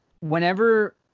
whenever